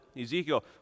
Ezekiel